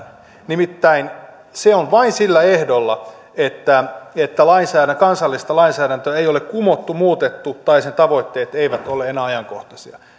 nimittäin se on vain sillä ehdolla että että kansallista lainsäädäntöä ei ole kumottu muutettu tai sen tavoitteet eivät ole enää ajankohtaisia